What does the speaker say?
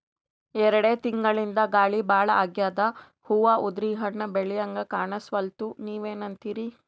ಎರೆಡ್ ತಿಂಗಳಿಂದ ಗಾಳಿ ಭಾಳ ಆಗ್ಯಾದ, ಹೂವ ಉದ್ರಿ ಹಣ್ಣ ಬೆಳಿಹಂಗ ಕಾಣಸ್ವಲ್ತು, ನೀವೆನಂತಿರಿ?